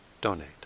donate